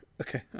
Okay